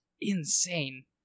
insane